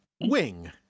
Wing